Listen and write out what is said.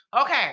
Okay